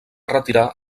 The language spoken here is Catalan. retirar